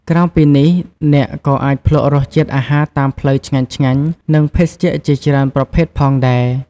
ក្រៅពីនេះ អ្នកក៏អាចភ្លក់រសជាតិអាហារតាមផ្លូវឆ្ងាញ់ៗ និងភេសជ្ជៈជាច្រើនប្រភេទផងដែរ។